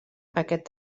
aquest